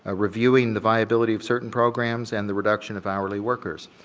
ah reviewing the viability of certain programs, and the reduction of hourly workers.